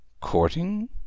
Courting